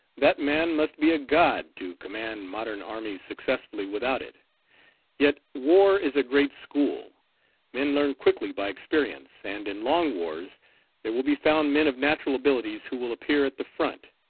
that man must be a god to command modern armies successfully without it yet war is a great school men learn quickly by experience, and in long wars there will be found men of natural abilities who will appear at the front.